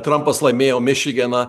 trampas laimėjo mišigeną